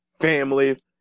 families